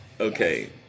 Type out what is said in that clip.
Okay